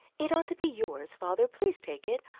it ought to be yours, father. please take it.